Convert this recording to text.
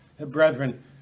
Brethren